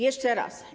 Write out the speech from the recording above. Jeszcze raz.